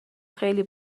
خیلی